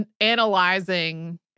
analyzing